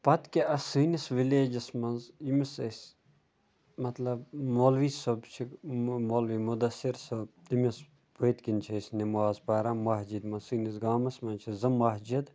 پَتہٕ کیاہ سٲنِس وِلیجَس مَنٛز ییٚمِس أسۍ مَطلَب مولوی صٲب چھِ مولوی مُدَثِر صٲب تمِس پٔتۍکِن چھِ أسۍ نماز پَران مَسجِد مَنٛزسٲنِس گامَس مَنٛز چھِ زٕ مَسجِد